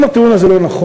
אם הטיעון הזה לא נכון,